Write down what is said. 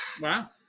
Wow